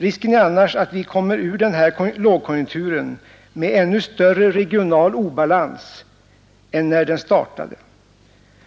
Risken är annars att vi kommer ur den här lågkonjunkturen med ännu större regional obalans än när den startade.